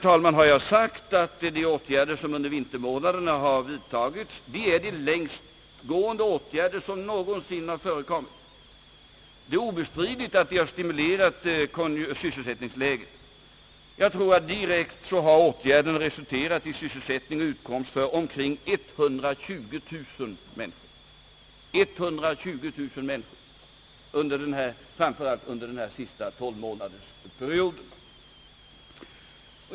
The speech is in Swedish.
Jag har sagt att de åtgärder som vidtagits under vintermånaderna är de längst gående åtgärder som någonsin har förekommit. Det är obestridligt att de stimulerat sysselsättningen. Jag tror att åtgärderna direkt har resulterat i sysselsättning och utkomst för omkring 120 000 människor, framför allt under den senaste tolvmånadersperioden.